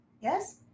Yes